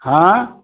हां